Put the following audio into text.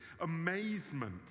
Amazement